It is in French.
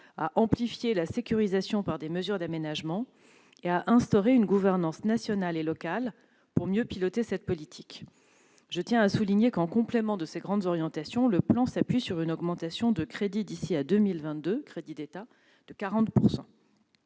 à amplifier la sécurisation par des mesures d'aménagement et à instaurer une gouvernance nationale et locale pour mieux piloter cette politique. Je tiens à souligner qu'en complément de ces grandes orientations, le plan s'appuie sur une augmentation de 40 % des crédits d'État d'ici